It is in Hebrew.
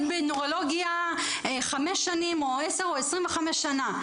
בנוירולוגיה חמש שנים או עשר או 25 שנה".